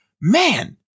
man